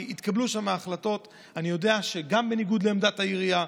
כי התקבלו שם החלטות שאני יודע שהן גם בניגוד לעמדת העירייה,